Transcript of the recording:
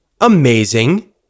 Amazing